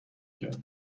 کرده